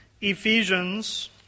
Ephesians